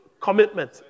Commitment